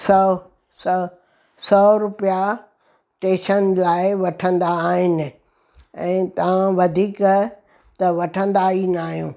सौ सौ सौ रुपया स्टेशन लाइ वठंदा आहिनि ऐं तव्हां वधीक त वठंदा ई न आहियो